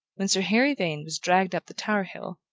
when sir harry vane was dragged up the tower-hill,